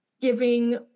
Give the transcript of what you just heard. giving